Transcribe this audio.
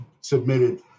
submitted